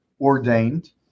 ordained